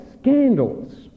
scandals